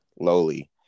lowly